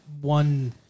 one